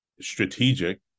strategic